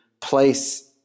place